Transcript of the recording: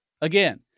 Again